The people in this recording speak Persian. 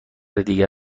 دیگر